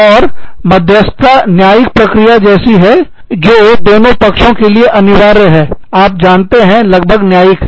और मध्यस्थता न्यायिक प्रक्रिया जैसी है जो दोनों पक्षों के लिए अनिवार्य है आप जानते हैं लगभग न्यायिक